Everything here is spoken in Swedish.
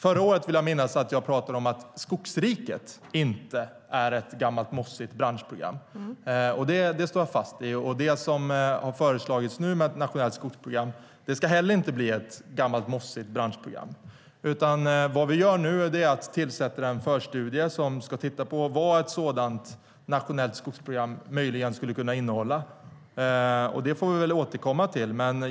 Jag vill minnas att jag förra året pratade om att Skogsriket inte är ett gammalt, mossigt branschprogram. Det står jag fast vid. Det som har föreslagits nu med ett nationellt skogsprogram ska inte heller bli ett gammalt, mossigt branschprogram. Nu tillsätter vi en förstudie som ska titta på vad ett sådant nationellt skogsprogram möjligen skulle kunna innehålla. Det får vi väl återkomma till.